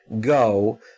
go